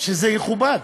שזה יכובד,